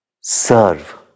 serve